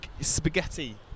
spaghetti